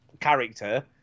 character